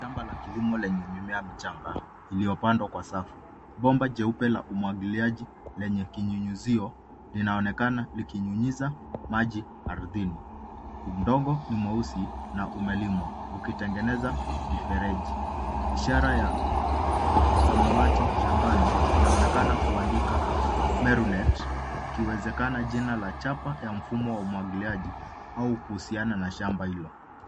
Shamba la kilimo lenye mimea michanga iliyopandwa Kwa safu. Bomba jeupe la umwangiliaji lenye kinyunyizio linaonekana likinyunyiza maji ardhini. Udongo ni mweusi na umelimwa ukitengeneza mifereji. Ishara ya samawati shambani inaonekana kuandika meru net ikiwezekana jina la chapa ya mfumo wa umwangiliaji au kuhusiana na shamba hilo.